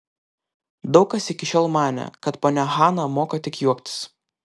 daug kas iki šiol manė kad ponia hana moka tik juoktis